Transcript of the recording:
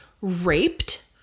raped